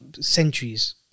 centuries